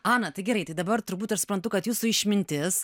ana tai gerai tai dabar turbūt ir suprantu kad jūsų išmintis